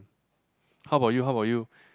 how about you how about you